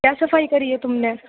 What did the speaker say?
کیا صفائی کری ہے تم نے